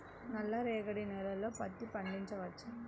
నల్ల రేగడి నేలలో పత్తి పండించవచ్చా?